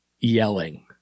yelling